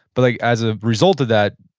but like as a result of that,